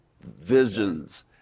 visions